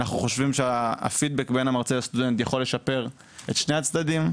אנחנו חושבים שהפידבק בין המרצה לסטודנט יכול לשפר את שני הצדדים,